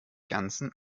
ganzen